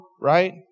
right